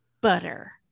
butter